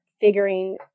figuring